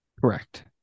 Correct